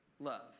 love